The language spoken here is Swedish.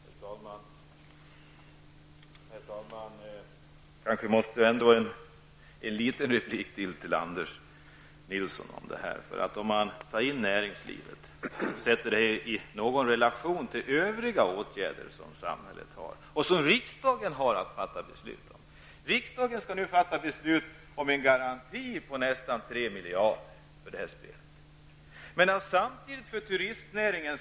Herr talman! Jag måste ge en liten replik till Anders Nilsson. Man måste sätta åtgärder inom näringslivet i relation till åtgärder som samhället vidtar och som riksdagen har att fatta beslut om. Riksdagen skall nu fatta beslut om en garanti på nästan 3 miljarder kronor för det här spelet.